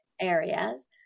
areas